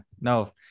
no